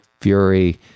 fury